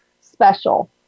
special